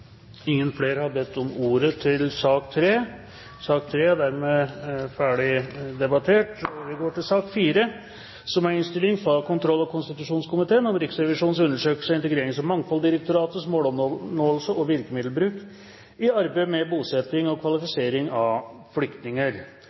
Flere har ikke bedt om ordet til sak nr. 3. Vi skal nå behandle Riksrevisjonens undersøkelse av Integrerings- og mangfoldsdirektoratets måloppnåelse og virkemiddelbruk i arbeidet med bosetting og kvalifisering av flyktninger